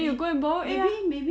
then you go and borrow egg ah